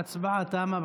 ההצבעה תמה.